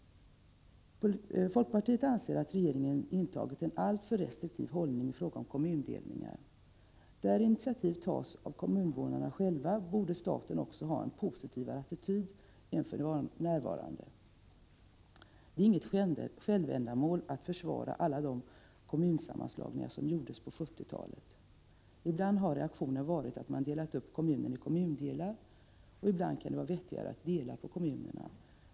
Folkpartiet anser att regeringen intagit en alltför restriktiv hållning i fråga om kommundelningar. Där initiativet tas av kommuninvånarna själva borde staten också ha en positivare attityd än för närvarande. Det är inget självändamål att försvara alla de kommunsammanslagningar som gjordes på 1970-talet. Ibland har reaktionen varit att man delat upp kommunen i kommundelar — ibland kan det vara vettigare att dela på kommunerna.